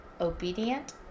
obedient